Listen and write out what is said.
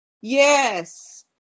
Yes